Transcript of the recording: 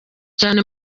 cyane